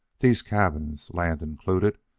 these cabins, land included,